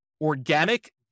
organic